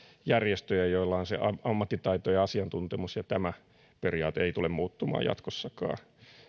järjestöjä joilla on se ammattitaito ja asiantuntemus tämä periaate ei tule muuttumaan jatkossakaan